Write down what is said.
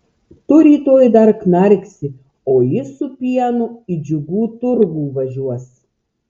tu rytoj dar knarksi o jis su pienu į džiugų turgų važiuos